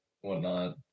whatnot